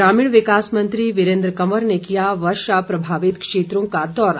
ग्रामीण विकास मंत्री वीरेन्द्र कंवर ने किया वर्षा प्रभावित क्षेत्रों का दौरा